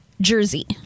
jersey